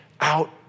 out